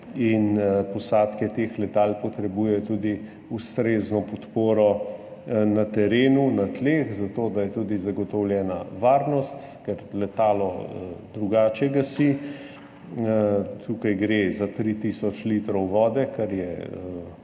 in posadke teh letal potrebujejo tudi ustrezno podporo na terenu, na tleh, zato da je tudi zagotovljena varnost, ker letalo drugače gasi. Tukaj gre za 3 tisoč litrov vode, kar je